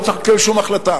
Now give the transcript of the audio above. לא צריך לקבל שום החלטה.